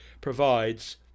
provides